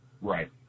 Right